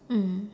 mm